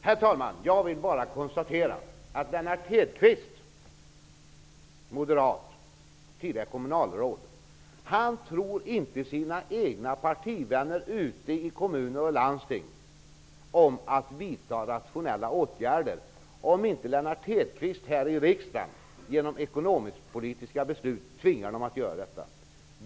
Herr talman! Jag vill bara konstatera att Lennart inte tror sina egna partivänner ute i kommuner och landsting om att vidta rationella åtgärder, såvida han inte här i riksdagen genom ekonomiskpolitiska beslut tvingar dem att göra detta.